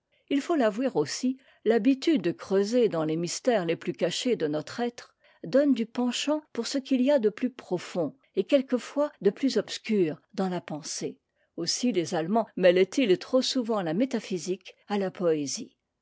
il faut l'avouer aussi l'habitude de creuser dans les mystères les plus cachés de notre être donne du penchant pour ce qu'il y a de plus profond et quelquefois de plus obscur dans la pensée aussi les allemands mêlent ils trop souvent la métaphysique à la poésie